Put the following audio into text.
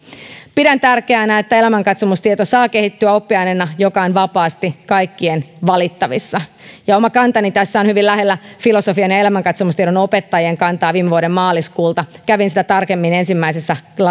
pidän tärkeänä että elämänkatsomustieto saa kehittyä oppiaineena joka on vapaasti kaikkien valittavissa oma kantani tässä on hyvin lähellä filosofian ja elämänkatsomustiedon opettajien kantaa viime vuoden maaliskuulta kävin tätä tarkemmin lain ensimmäisessä